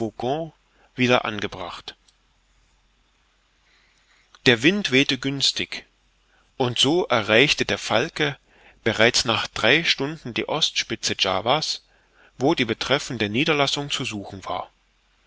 wieder angebracht der wind wehte günstig und so erreichte der falke bereits nach drei stunden die ostspitze java's wo die betreffende niederlassung zu suchen war